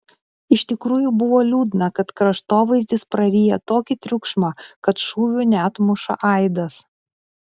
iš tikrųjų buvo liūdna kad kraštovaizdis praryja tokį triukšmą kad šūvių neatmuša aidas